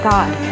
God